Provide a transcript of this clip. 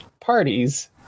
parties